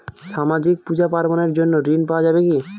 সামাজিক পূজা পার্বণ এর জন্য ঋণ পাওয়া যাবে কি?